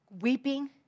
weeping